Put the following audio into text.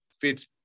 fits